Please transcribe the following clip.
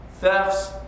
thefts